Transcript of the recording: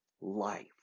life